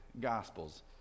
Gospels